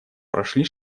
прошли